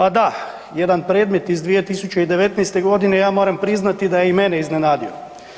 A da, jedan predmet iz 2019.g. ja moram priznati da je i mene iznenadio.